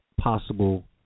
possible